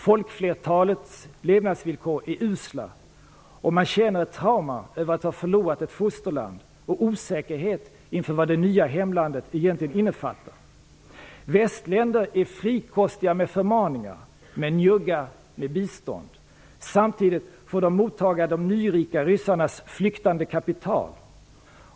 Folkflertalets levnadsvillkor är usla, och man känner ett trauma över att ha förlorat ett fosterland och osäkerhet inför vad det nya hemlandet egentligen innefattar. Västländer är frikostiga med förmaningar, men njugga med bistånd. Samtidigt får de mottaga de nyrika ryssarnas flyktande kapital.